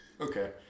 Okay